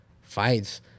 fights